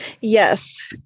Yes